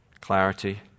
clarity